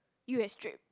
you extract